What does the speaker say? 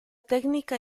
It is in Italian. tecnica